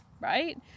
right